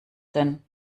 denn